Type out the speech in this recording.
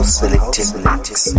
selective